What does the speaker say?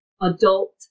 adult